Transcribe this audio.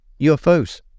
UFOs